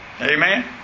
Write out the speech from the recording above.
Amen